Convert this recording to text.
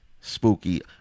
spooky